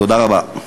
תודה רבה.